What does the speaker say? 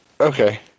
Okay